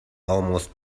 almost